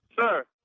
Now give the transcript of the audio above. sir